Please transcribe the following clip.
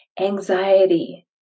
Anxiety